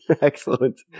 Excellent